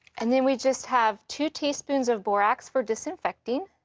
and then we just have two teaspoons of borax for disinfecting,